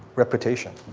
reputation.